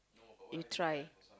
you try